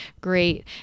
great